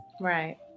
Right